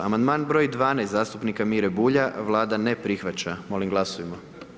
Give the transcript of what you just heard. Amandman br. 12 zastupnika Mire Bulja, Vlada ne prihvaća, molim glasujmo.